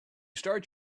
start